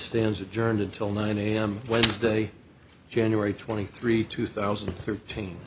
stands adjourned until nine am wednesday january twenty three two thousand and thirteen